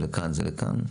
לכאן ולכאן?